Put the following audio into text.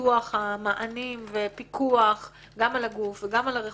בפיתוח המענים ופיקוח גם על הגוף וגם על הרכוש,